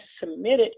submitted